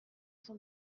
son